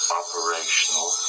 operational